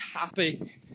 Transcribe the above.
happy